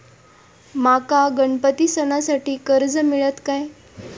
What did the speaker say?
माका गणपती सणासाठी कर्ज मिळत काय?